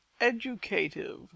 educative